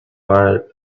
but